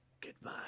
goodbye